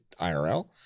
IRL